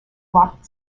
blocked